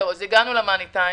הגענו לזמן הזה.